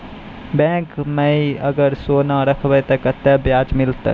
Bank माई अगर सोना राखबै ते कतो ब्याज मिलाते?